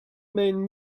main